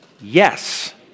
Yes